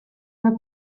una